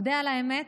אודה על האמת,